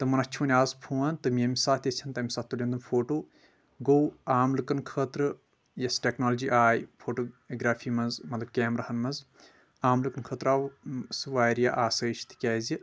تٔمن اَتھِ چھُ وۄنۍ آز فون تم ییٚمہِ ساتہٕ یژھن تمہِ تاسہٕ تُلن تِم فوٹو گوٚو عام لُکن خٲطرٕیۄس ٹٮ۪کنالوجی آیہِ فوٹو گرافی منٛز مطلب کیمراہن منٛز عام لُکن خٲطرٕ آو واریاہ آسٲیش تِکیٛازِ